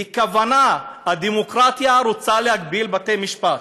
בכוונה הדמוקרטיה רוצה להגביל בתי-משפט.